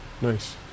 nice